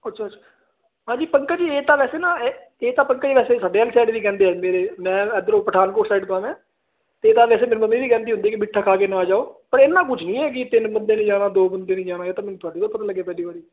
ਅੱਛਾ ਅੱਛਾ ਹਾਂਜੀ ਪੰਕਜ ਇਹ ਤਾਂ ਵੈਸੇ ਨਾ ਇਹ ਇਹ ਤਾਂ ਪੰਕਜ ਵੈਸੇ ਸਾਡੇ ਵਾਲੀ ਸ਼ਾਇਡ ਵੀ ਕਹਿੰਦੇ ਹੁੰਦੇ ਨੇ ਮੈਂ ਇੱਧਰੋਂ ਪਠਾਨਕੋਟ ਸਾਈਡ ਤੋਂ ਹਾਂ ਮੈਂ ਅਤੇ ਇੱਦਾਂ ਵੈਸੇ ਮੇਰੀ ਮੰਮੀ ਵੀ ਕਹਿੰਦੀ ਹੁੰਦੀ ਕਿ ਮਿੱਠਾ ਖਾ ਕੇ ਨਾ ਜਾਓ ਪਰ ਇੰਨਾ ਕੁਝ ਨਹੀਂ ਹੈਗੀ ਤਿੰਨ ਬੰਦੇ ਨੇ ਜਾਣਾ ਦੋ ਬੰਦੇ ਨੇ ਜਾਣਾ ਇਹ ਤਾਂ ਮੈਨੂੰ ਤੁਹਾਡੇ ਤੋਂ ਪਤਾ ਲੱਗਿਆ ਪਹਿਲੀ ਵਾਰੀ